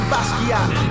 Basquiat